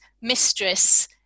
mistress